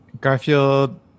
garfield